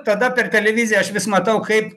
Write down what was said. tada per televiziją aš vis matau kaip